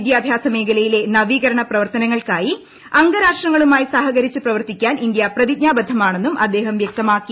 വിദ്യാഭ്യാസ മേഖലയിലെ നവീകരണ പ്രവർത്തനങ്ങൾക്കായി അംഗ രാഷ്ട്രങ്ങളുമായി സഹകരിച്ച് പ്രവർത്തിക്കാൻ ഇന്ത്യ പ്രതിജ്ഞാബദ്ധമാണെന്നും അദ്ദേഹം വൃക്തമാക്കി